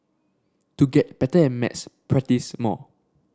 to get better at maths practise more